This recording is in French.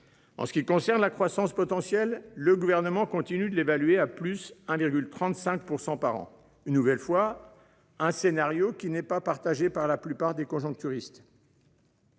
En ce qui concerne la croissance potentielle. Le gouvernement continue de l'évaluer à plus 1,35% par an. Une nouvelle fois un scénario qui n'est pas partagé par la plupart des conjoncturistes.